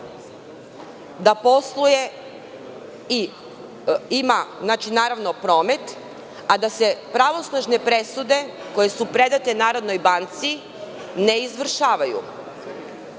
da posluje i ima promet, a da se pravosnažne presude koje su predate Narodnoj banci ne izvršavaju?